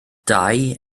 dau